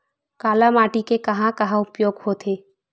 काली माटी के कहां कहा उपयोग होथे?